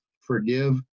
forgive